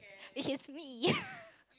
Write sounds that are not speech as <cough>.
which is me <laughs>